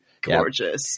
gorgeous